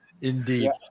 Indeed